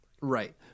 Right